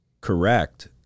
correct